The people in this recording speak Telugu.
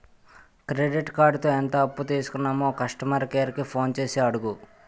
క్రెడిట్ కార్డుతో ఎంత అప్పు తీసుకున్నామో కస్టమర్ కేర్ కి ఫోన్ చేసి అడుగు